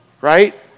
Right